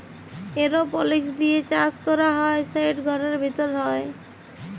এরওপলিক্স দিঁয়ে চাষ ক্যরা হ্যয় সেট ঘরের ভিতরে হ্যয়